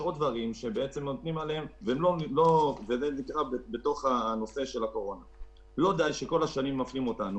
לא די שכל השנים מפלים אותנו,